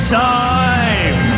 time